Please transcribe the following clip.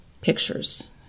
pictures